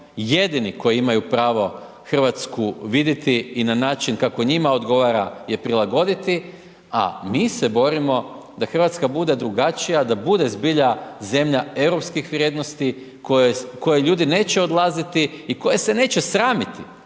jedini koji imaju pravo Hrvatsku vidjeti i na način kako njima odgovara je prilagoditi, a mi se borimo da Hrvatska bude drugačija, a bude zbilja zemlja europskih vrijednosti iz koje ljudi neće odlaziti i koje se neće sramiti.